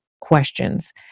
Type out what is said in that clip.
questions